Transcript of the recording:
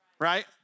right